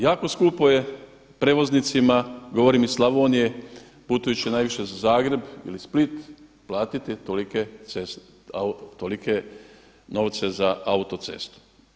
Jako skupo je prijevoznicima govorim iz Slavonije putujući najviše za Zagreb ili Split platiti tolike novce za autocestu.